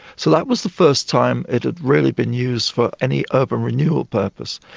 so that was the first time it had really been used for any urban renewal purpose.